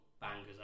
bangers